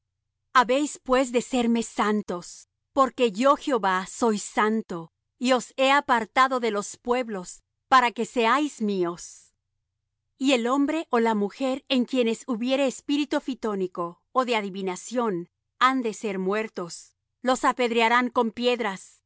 habéis pues de serme santos porque yo jehová soy santo y os he apartado de los pueblos para que seáis míos y el hombre ó la mujer en quienes hubiere espíritu phitónico ó de adivinación han de ser muertos los apedrearán con piedras